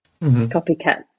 copycat